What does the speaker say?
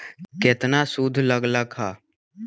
केतना सूद लग लक ह?